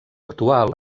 actual